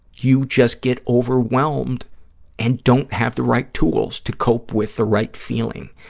you just get overwhelmed and don't have the right tools to cope with the right feeling,